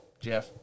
Jeff